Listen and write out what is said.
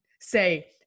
say